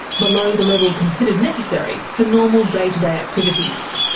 below the level considered necessary for normal day to day activities.